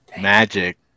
Magic